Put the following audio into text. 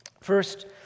First